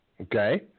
Okay